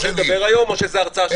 אנחנו נוכל לדבר היום או שזה הרצאה שלך?